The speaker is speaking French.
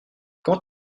quand